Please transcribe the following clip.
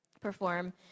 perform